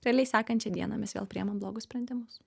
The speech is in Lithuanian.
realiai sekančią dieną mes vėl priima blogus sprendimus